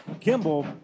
Kimball